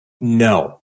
no